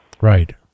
right